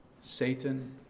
Satan